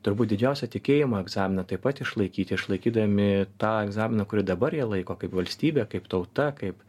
turbūt didžiausią tikėjimo egzaminą taip pat išlaikyti išlaikydami tą egzaminą kurį dabar jie laiko kaip valstybė kaip tauta kaip